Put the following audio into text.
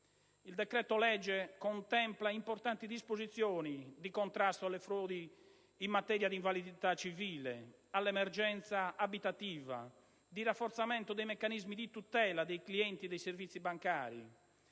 Il decreto-legge contempla poi importanti disposizioni di contrasto alle frodi in materia di invalidità civile, all'emergenza abitativa, di rafforzamento dei meccanismi di tutela dei clienti dei servizi bancari